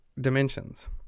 dimensions